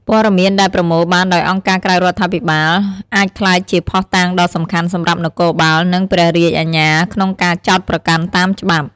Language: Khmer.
ព័ត៌មានដែលប្រមូលបានដោយអង្គការក្រៅរដ្ឋាភិបាលអាចក្លាយជាភស្តុតាងដ៏សំខាន់សម្រាប់នគរបាល និងព្រះរាជអាជ្ញាក្នុងការចោទប្រកាន់តាមច្បាប់។